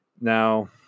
Now